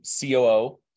COO